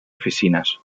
oficines